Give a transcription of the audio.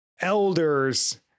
elders